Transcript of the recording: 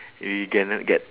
we cannot get